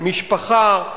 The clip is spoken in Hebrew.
משפחה,